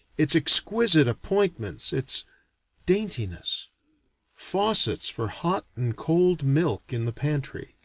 its exquisite appointments, its daintiness faucets for hot and cold milk in the pantry,